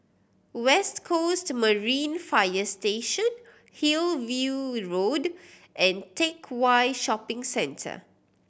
West Coast Marine Fire Station Hillview Road and Teck Whye Shopping Centre